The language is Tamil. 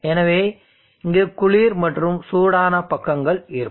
எனவே இங்கு குளிர் மற்றும் சூடான பக்கங்கள் இருக்கும்